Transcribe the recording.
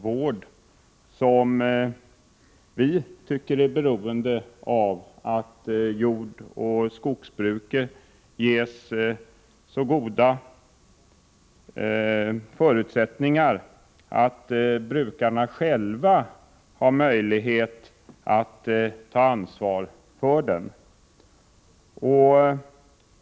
Vi anser att landskapsvården är beroende av att jordoch skogsbruket ges så goda förutsättningar att brukarna själva har möjlighet att ta ansvar för den.